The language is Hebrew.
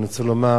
אני רוצה לומר